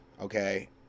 okay